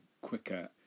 quicker